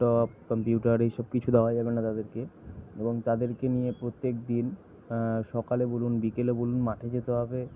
laptop computer এইসব কিছু দেওয়া যাবে না তাদেরকে এবং তাদেরকে নিয়ে প্রত্যেকদিন সকালে বলুন বিকেলে বলুন মাঠে যেতে হবে